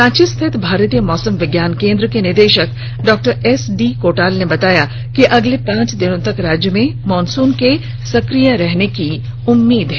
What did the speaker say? रांची स्थित भारतीय मौसम विज्ञान केंद्र के निदेषक डॉक्टर एसडी कोटाल ने बताया कि अगले पांच दिनों तक राज्य में मॉनसून के सकिय रहने की उम्मीद है